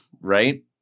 right